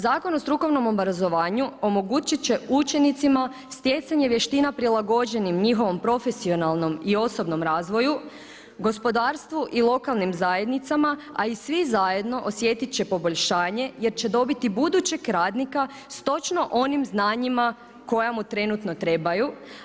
Zakon o strukovnom obrazovanju omogućiti će učenicima, stjecanjem vještina prilagođenim njihovom profesionalnom i osobnom razvoju, gospodarstvu i lokalnim zajednicama, a i svi zajedno osjetiti će poboljšanje, jer će dobiti budućeg radnika s točno onim znanjima koja im trenutno trebaju.